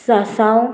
सासांव